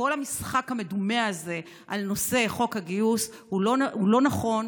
כל המשחק המדומה הזה על נושא חוק הגיוס הוא לא נכון,